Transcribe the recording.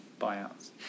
buyouts